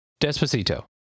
Despacito